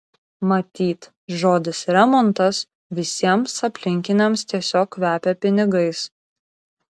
matyt žodis remontas visiems aplinkiniams tiesiog kvepia pinigais